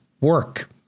work